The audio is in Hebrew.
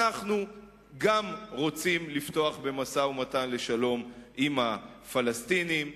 אנחנו גם רוצים לפתוח במשא-ומתן לשלום עם הפלסטינים,